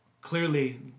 clearly